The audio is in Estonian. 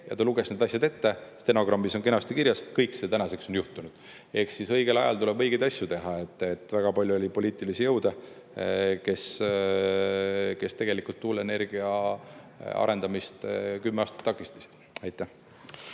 ja ta luges need asjad ette, stenogrammis on kenasti kirjas – kõik see tänaseks on juhtunud. Ehk siis, õigel ajal tuleb õigeid asju teha. Väga palju oli poliitilisi jõude, kes tegelikult tuuleenergia arendamist kümme aastat takistasid. Aitäh!